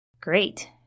Great